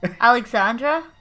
Alexandra